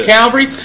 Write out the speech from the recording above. Calvary